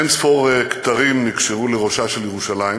אין-ספור כתרים נקשרו לראשה של ירושלים